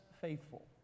faithful